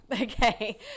Okay